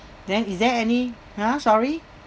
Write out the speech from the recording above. then is there any ha sorry